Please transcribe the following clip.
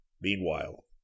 Meanwhile